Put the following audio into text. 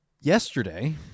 Yesterday